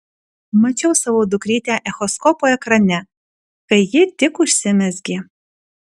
mačiau savo dukrytę echoskopo ekrane kai ji tik užsimezgė